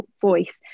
voice